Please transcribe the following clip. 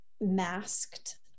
masked